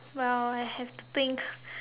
well I have to think